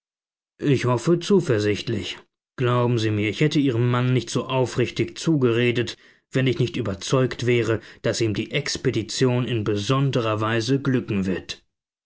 ich hoffe zuversichtlich glauben sie mir ich hätte ihrem mann nicht so aufrichtig zugeredet wenn ich nicht überzeugt wäre daß ihm die expedition in besonderer weise glücken wird